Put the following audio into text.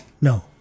No